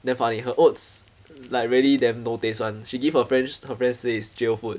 damn funny her oats like really damn no taste [one] she give her friends her friends say it's jail food